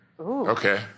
Okay